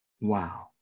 Wow